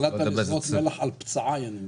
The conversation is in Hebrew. החלטת לזרות מלח על פצעיי אני מבין.